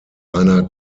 einer